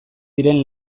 diren